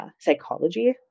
psychology